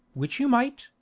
which you might,